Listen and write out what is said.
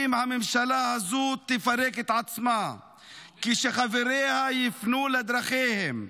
הממשלה הזו תפרק את עצמה ------- וכשחבריה יפנו לדרכיהם,